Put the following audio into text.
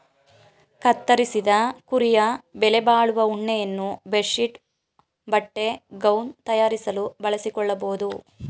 ಕತ್ತರಿಸಿದ ಕುರಿಯ ಬೆಲೆಬಾಳುವ ಉಣ್ಣೆಯನ್ನು ಬೆಡ್ ಶೀಟ್ ಬಟ್ಟೆ ಗೌನ್ ತಯಾರಿಸಲು ಬಳಸಿಕೊಳ್ಳಬೋದು